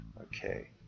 okay